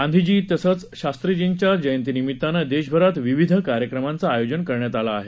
गांधीजी तसंच शास्त्रीजींच्या जयंतीनिमित्तानं देशभरात विविध कार्यक्रमांचं आयोजन करण्यात आलं आहे